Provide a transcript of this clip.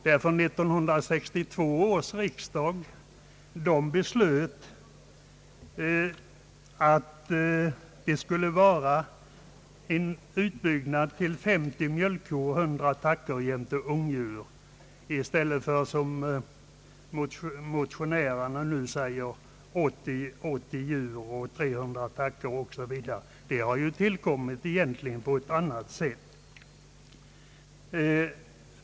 1962 års riksdag beslöt en utbyggnad till 50 mjölkkor och 100 tackor jämte ungdjur i stället för som motionärerna nu säger 80 mjölkkor, 300 tackor osv. Denna utbyggnad har tillkommit på annat sätt.